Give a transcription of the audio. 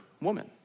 woman